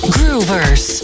Groovers